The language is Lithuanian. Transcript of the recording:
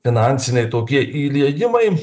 finansiniai tokie įliejimai